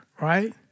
Right